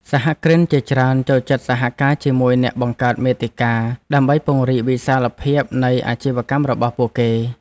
សហគ្រិនជាច្រើនចូលចិត្តសហការជាមួយអ្នកបង្កើតមាតិកា ដើម្បីពង្រីកវិសាលភាពនៃអាជីវកម្មរបស់ពួកគេ។